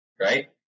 right